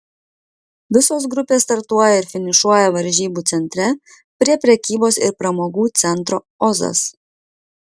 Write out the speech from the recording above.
visos grupės startuoja ir finišuoja varžybų centre prie prekybos ir pramogų centro ozas